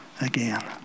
again